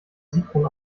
sigrun